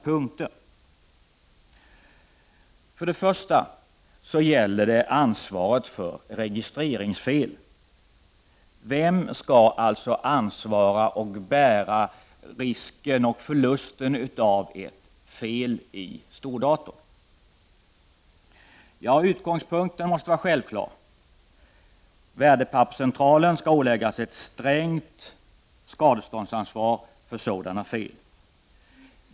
Det gäller för det första ansvaret för registreringsfel, vem som skall ansvara och bära risken och förlusten om ett sådant uppkommer i stordatorn. Utgångspunkten måste vara självklar. Värdepapperscentralen skall åläggas ett strängt skadeståndsansvar för sådana fel.